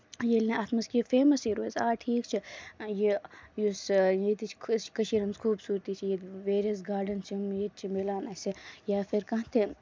ییٚلہِ نہٕ اَتھ منٛز کیٚنہہ فیمَسٕے روزِ آ ٹھیٖک چھُ یہِ یُس یِیٚتِچ کٔشیٖر ۂنز خوٗبصوٗرتی چھِ یہِ ویریَس گاڈن چھِ ییٚتہِ چھِ مِلان اَسہِ یا پھر کانہہ تہِ